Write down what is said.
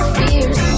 fears